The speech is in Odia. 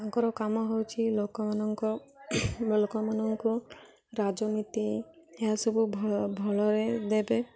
ତାଙ୍କର କାମ ହେଉଛିି ଲୋକମାନଙ୍କ ଲୋକମାନଙ୍କୁ ରାଜନୀତି ଏହାସବୁ ଭଲରେ ଦେବେ